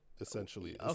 Essentially